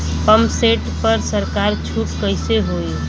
Pump set पर सरकार छूट कईसे होई?